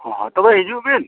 ᱦᱳᱭ ᱛᱚᱵᱮ ᱦᱤᱡᱩᱜ ᱵᱤᱱ